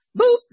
boop